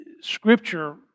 Scripture